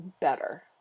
better